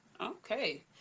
Okay